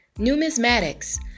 Numismatics